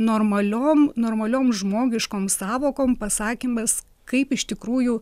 normaliom normaliom žmogiškom sąvokom pasakymas kaip iš tikrųjų